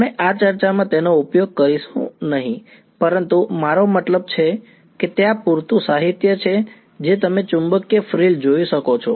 આપણે આ ચર્ચામાં તેનો ઉપયોગ કરીશું નહીં પરંતુ મારો મતલબ છે કે ત્યાં પૂરતું સાહિત્ય છે જે તમે ચુંબકીય ફ્રિલ જોઈ શકો છો